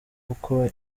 kuko